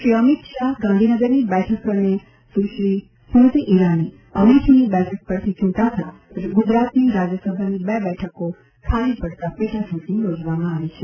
શ્રી અમીત શાહ ગાંધીનગરની બેઠક પર અને સુશ્રી સ્મૃતિ ઇરાની અમેઠીની બેઠક પરથી ચૂંટાતાં ગુજરાતની રાજયસભાની બે બેઠકો ખાલી પડતાં પેટાચૂંટણી યોજવામાં આવી છે